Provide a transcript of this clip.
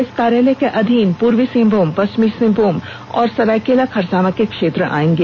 इस कार्यालय के अधीन पूर्वी सिंहभूम पष्चिमी सिंहभूम और सरायकेला खरसावां के क्षेत्र आयेंगे